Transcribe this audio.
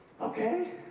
Okay